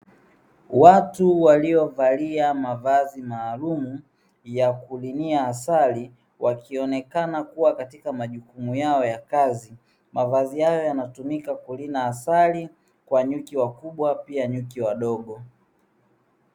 Watu waliovalia mavazi maalumu ya kurinia asali, wakionekana kuwa katika majukumu yao ya kazi. Mavazi hayo yanatumika kurina asali kwa nyuki wakubwa, pia nyuki wadogo.